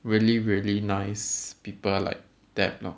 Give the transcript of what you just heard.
really really nice people like that lor